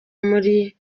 muri